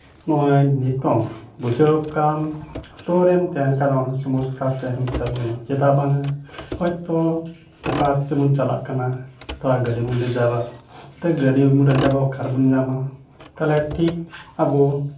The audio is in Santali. ᱱᱚᱜᱼᱚᱸᱭ ᱱᱤᱛᱳᱝ ᱵᱩᱡᱷᱟᱹᱣ ᱠᱟᱱ ᱟᱛᱳ ᱨᱮᱢ ᱛᱟᱦᱮᱱ ᱠᱷᱟᱱ ᱟᱭᱢᱟ ᱥᱚᱢᱚᱥᱥᱟ ᱛᱟᱦᱮᱱ ᱛᱟᱵᱚᱱᱟ ᱪᱮᱫᱟᱜ ᱵᱟᱝᱟ ᱦᱳᱭᱛᱳ ᱚᱠᱟ ᱪᱚᱵᱚᱱ ᱪᱟᱞᱟᱜ ᱠᱟᱱᱟ ᱛᱷᱚᱲᱟ ᱜᱟᱹᱰᱤ ᱵᱚᱱ ᱨᱤᱡᱟᱵᱟ ᱛᱚ ᱜᱟᱹᱰᱤ ᱵᱚᱱ ᱨᱤᱡᱟᱵᱟ ᱚᱠᱟᱨᱮᱵᱚᱱ ᱧᱟᱢᱟ ᱛᱟᱞᱚᱦᱮ ᱴᱷᱤᱠ ᱟᱵᱚ